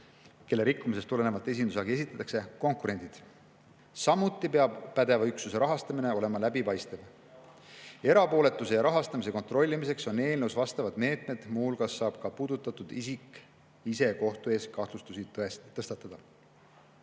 kelle rikkumisest tulenevalt esindushagi esitatakse, ja ta ei tohi neist sõltuda. Samuti peab pädeva üksuse rahastamine olema läbipaistev. Erapooletuse ja rahastamise kontrollimiseks on eelnõus vastavad meetmed, muu hulgas saab ka puudutatud isik ise kohtu ees kahtlustusi tõstatada.